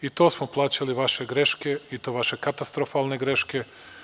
I tu smo plaćali vaše greške, i to vaše katastrofalne greške.